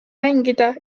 mängida